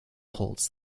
holds